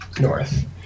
North